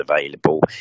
available